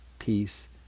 peace